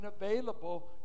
available